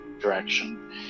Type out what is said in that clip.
direction